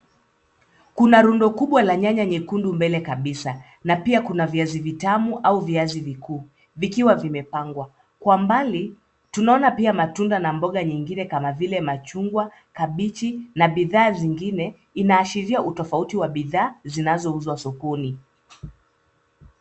Kuna rundo kubwa la nyanya nyekundu mbele kabisa, na pia kuna viazi vitamu au viazi vikuu, vikiwa vimepangwa. Kwa mbali, tunaona pia matunda na mboga nyingine kama vile machungwa, kabichi na bidhaa zingine, inaashiria utofauti wa bidhaa zinazouzwa sokoni.